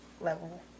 level